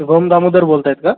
शुभम दामोदर बोलत आहात का